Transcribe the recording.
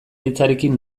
hitzarekin